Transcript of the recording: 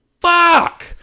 fuck